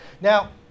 Now